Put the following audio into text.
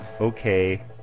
okay